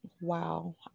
wow